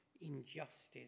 injustice